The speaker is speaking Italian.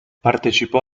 partecipò